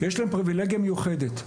יש להם פריבילגיה מיוחדת.